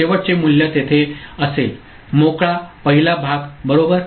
शेवटचे मूल्य तेथे असेल मोकळा पहिला भाग बरोबर